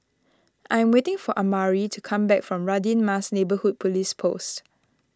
I'm waiting for Amari to come back from Radin Mas Neighbourhood Police Post